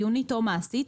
עיונית או מעשית,